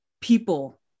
people